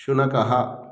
शुनकः